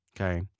Okay